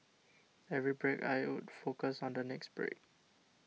every break I would focus on the next break